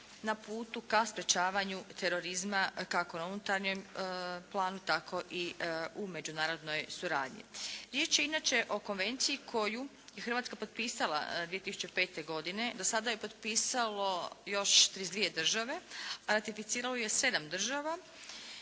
na putu ka sprječavanju terorizma kako na unutarnjem planu tako i u međunarodnoj suradnji. Riječ je inače o konvenciji koju je Hrvatska potpisala 2005. godine. Do sada ju je potpisalo još 32 države, a ratificiralo ju je 7 država,